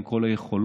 עם כל היכולות,